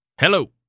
Hello